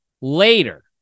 Later